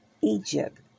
Egypt